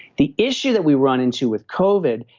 the issue that we run into with covid,